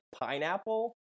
pineapple